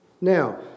Now